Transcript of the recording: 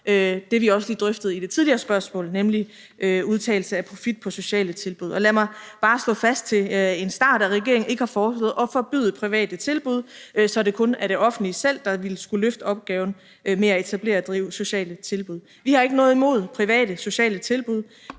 det, vi også lige drøftede i det tidligere spørgsmål, nemlig udtagelse af profit på sociale tilbud. Lad mig bare slå fast til en start, at regeringen ikke har foreslået at forbyde private tilbud, så det kun er det offentlige selv, der vil skulle løfte opgaven med at etablere og drive sociale tilbud. Vi har ikke noget imod private sociale tilbud.